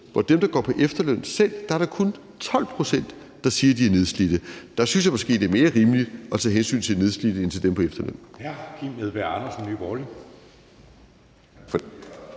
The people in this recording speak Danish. af dem, der går på efterløn, er der kun 12 pct., der siger, at de er nedslidte. Der synes jeg måske, det er mere rimeligt at tage hensyn til nedslidte end til dem på efterløn.